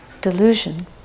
delusion